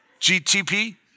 GTP